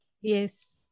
Yes